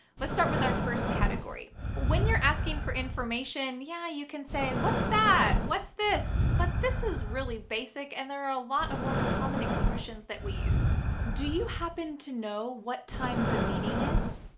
let's start with our first category. when you're asking for information, yeah, you can say, what's that? what's this? but this is really basic, and there are a lot of more common expressions that we use. do you happen to know what time the meeting is?